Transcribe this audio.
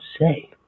say